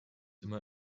immer